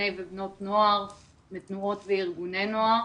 האחריות לדאוג לעצמם ולדאוג לחברה שלהם,